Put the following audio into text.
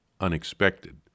unexpected